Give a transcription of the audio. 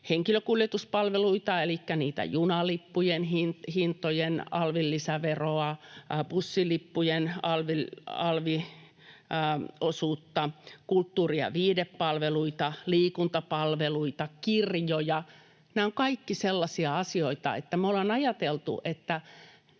henkilökuljetuspalveluita elikkä junalippujen hintojen alvin lisäveroa, bussilippujen alviosuutta, kulttuuri- ja viihdepalveluita, liikuntapalveluita, kirjoja, niin nämä ovat kaikki sellaisia asioita, että me ollaan ajateltu, että